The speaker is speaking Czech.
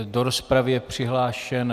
Do rozpravy je přihlášen...